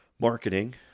marketing